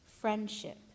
friendship